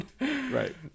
Right